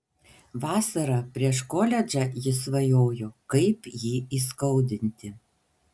vasarą prieš koledžą ji svajojo kaip jį įskaudinti